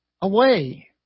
away